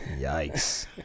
Yikes